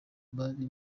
bari